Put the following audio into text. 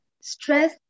stress